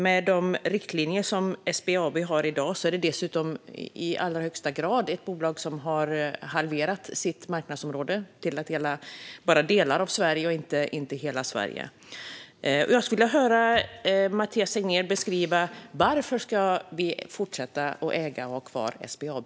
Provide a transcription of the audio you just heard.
Med de riktlinjer SBAB har i dag är det dessutom i allra högsta grad ett bolag som har halverat sitt marknadsområde till att bestå av delar av Sverige i stället för hela Sverige. Jag skulle vilja höra Mathias Tegnér beskriva varför vi ska fortsätta att äga och ha kvar SBAB.